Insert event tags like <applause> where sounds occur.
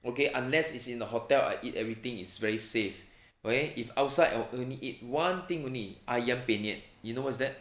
okay unless it's in the hotel I eat everything is very safe <breath> okay if outside I will eat one thing only ayam penyet you know what's that